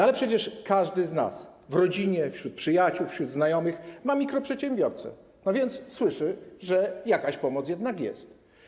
Ale przecież każdy z nas w rodzinie, wśród przyjaciół, wśród znajomych ma mikroprzedsiębiorcę, więc słyszy, że jakaś pomoc jednak jest.